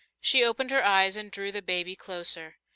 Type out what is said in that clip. she opened her eyes and drew the baby closer.